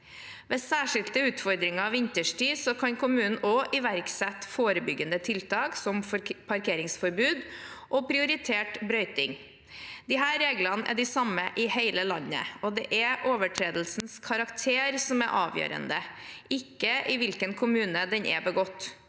Ved særskilte utfordringer vinterstid kan kommunen også iverksette forebyggende tiltak, som parkeringsforbud og prioritert brøyting. Disse reglene er de samme i hele landet, og det er overtredelsens karakter som er avgjørende, ikke i hvilken kommune den er begått.